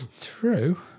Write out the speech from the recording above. true